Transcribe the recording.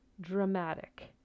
dramatic